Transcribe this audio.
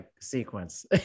sequence